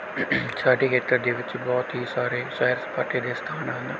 ਸਾਡੇ ਖੇਤਰ ਦੇ ਵਿੱਚ ਬਹੁਤ ਹੀ ਸਾਰੇ ਸੈਰ ਸਪਾਟੇ ਦੇ ਸਥਾਨ ਹਨ